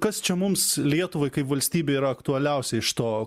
kas čia mums lietuvai kaip valstybei yra aktualiausia iš to